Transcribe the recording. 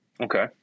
Okay